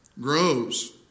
grows